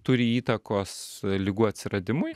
turi įtakos ligų atsiradimui